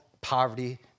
poverty